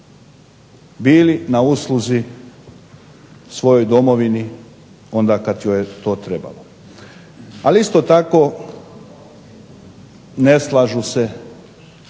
bili na usluzi svojoj Domovini onda kada je to trebalo ali isto tako ne slažu se